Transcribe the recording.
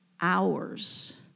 hours